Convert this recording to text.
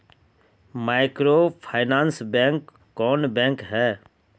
Microfinance bank कौन bank है?